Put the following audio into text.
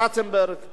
גם בקיץ,